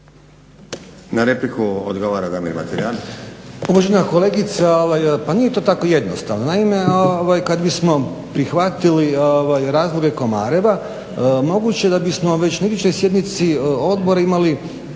Na repliku odgovara Damir Mateljan. **Mateljan, Damir (SDP)** Uvažena kolegica, pa nije to tako jednostavno. Naime, kad bismo prihvatili razloge Komareva moguće je da bismo već na idućoj sjednici odbora imali